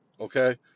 Okay